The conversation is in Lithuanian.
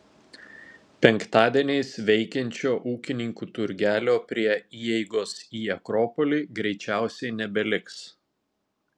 penktadieniais veikiančio ūkininkų turgelio prie įeigos į akropolį greičiausiai nebeliks